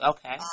Okay